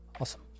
Awesome